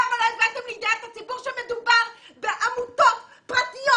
למה לא הבאתם לידיעת הציבור שמדובר בעמותות פרטיות.